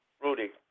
Rudy